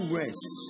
rest